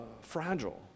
fragile